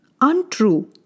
untrue